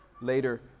later